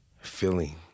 feeling